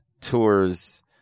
tours